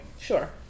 Sure